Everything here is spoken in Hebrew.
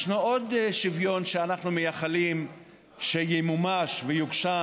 ישנו עוד שוויון שאנחנו מייחלים שימומש ויוגשם